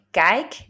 kijk